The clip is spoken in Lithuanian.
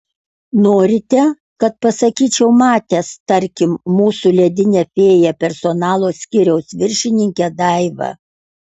norite kad pasakyčiau matęs tarkim mūsų ledinę fėją personalo skyriaus viršininkę daivą